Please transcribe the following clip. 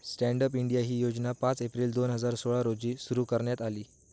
stand up India ही योजना पाच एप्रिल दोन हजार सोळा रोजी सुरु करण्यात आली